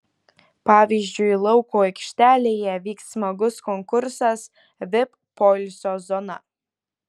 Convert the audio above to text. pavyzdžiui lauko aikštelėje vyks smagus konkursas vip poilsio zona